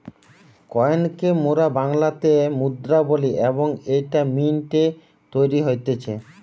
coin কে মোরা বাংলাতে মুদ্রা বলি এবং এইটা মিন্ট এ তৈরী হতিছে